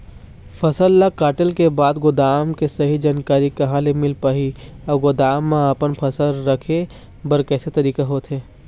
फसल ला कटेल के बाद गोदाम के सही जानकारी कहा ले मील पाही अउ गोदाम मा अपन फसल रखे बर कैसे तरीका होथे?